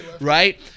right